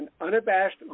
unabashed